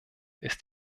ist